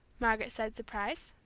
margaret said, surprised.